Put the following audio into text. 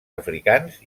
africans